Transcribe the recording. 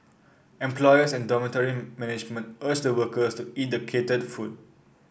employers and dormitory management urge the workers to eat the catered food